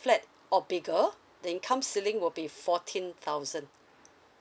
flat or bigger the income ceiling will be fourteen thousand